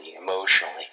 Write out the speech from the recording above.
emotionally